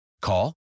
Call